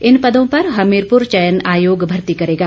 इन पदों पर हमीरपुर चयन आयोग भर्ती करेगा